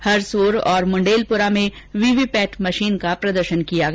हरसोर और मुंडेलपुरा में VVPAT machine का प्रदर्शन किया गया